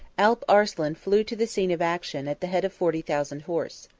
alp arslan flew to the scene of action at the head of forty thousand horse.